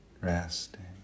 resting